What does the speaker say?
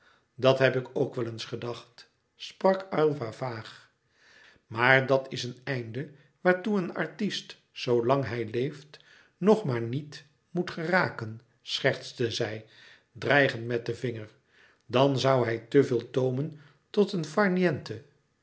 dat heb ik ook wel eens gedacht sprak aylva vaag maar dat is een einde waartoe een artist zoolang hij leeft nog maar niet moet geraken schertste zij dreigend met den vinger dan zoû hij te veel komen tot een